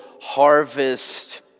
harvest